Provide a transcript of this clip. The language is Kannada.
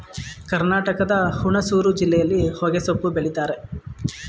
ಕರ್ನಾಟಕದ ಹುಣಸೂರು ಜಿಲ್ಲೆಯಲ್ಲಿ ಹೊಗೆಸೊಪ್ಪು ಬೆಳಿತರೆ